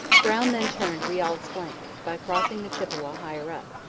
brown then turned riall's flank, by crossing the chippawa higher up,